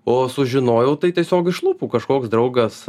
o sužinojau tai tiesiog iš lūpų kažkoks draugas